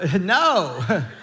no